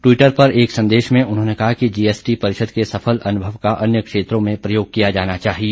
Twitter पर एक संदेश में उन्होंने कहा कि जी एस टी परिषद के सफल अनुभव का अन्य क्षेत्रों में प्रयोग किया जाना चाहिए